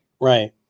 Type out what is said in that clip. Right